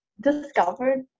discovered